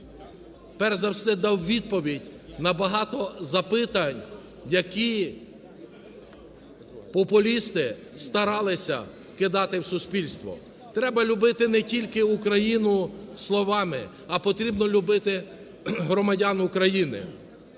перш за все дав відповідь на багато запитань, які популісти старалися кидати у суспільство. Треба любити не тільки Україну словами, а потрібно любити громадян України.